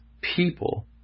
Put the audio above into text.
people